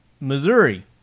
Missouri